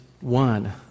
one